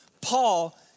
Paul